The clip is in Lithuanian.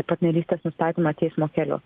partnerystės nustatymą teismo keliu